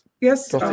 yes